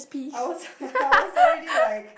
I was I was already like